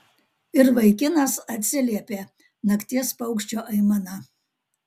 ir vaikinas atsiliepė nakties paukščio aimana